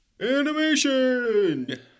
Animation